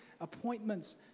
appointments